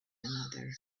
another